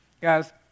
guys